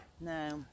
no